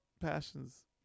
passions